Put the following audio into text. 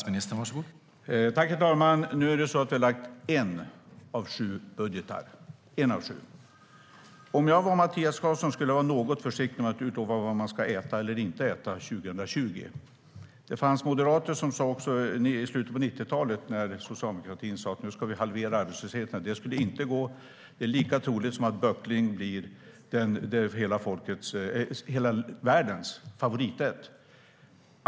Herr talman! Det är så att vi har lagt en av sju budgetar. Om jag vore Mattias Karlsson skulle jag vara något försiktigare med att utlova vad man ska äta eller inte äta 2020. Det fanns moderater som i slutet av 1990-talet, när socialdemokratin sa att arbetslösheten skulle halveras, sa att det inte skulle gå, att det var lika troligt som att böckling blir hela världens favoriträtt.